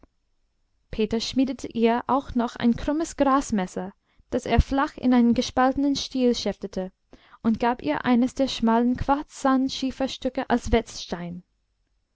peter schmiedete ihr auch noch ein krummes grasmesser das er flach in einen gespaltenen stiel schäftete und gab ihr eines der schmalen quarzsand schieferstücke als